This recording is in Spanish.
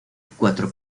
cuatro